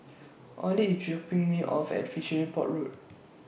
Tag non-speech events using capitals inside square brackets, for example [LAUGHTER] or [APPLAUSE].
Ollie IS dropping Me off At Fishery Port Road [NOISE]